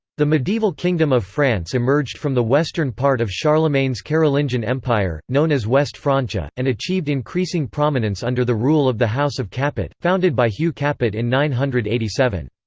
the medieval kingdom of france emerged from the western part of charlemagne's carolingian empire, known as west francia, and achieved increasing prominence under the rule of the house of capet, founded by hugh capet in nine hundred and eighty seven.